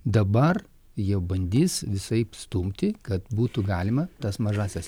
dabar jie bandys visaip stumti kad būtų galima tas mažąsias